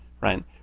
right